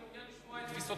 חבר הכנסת